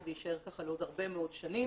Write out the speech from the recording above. שזה יישאר ככה לעוד הרבה מאוד שנים.